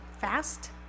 fast